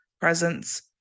presence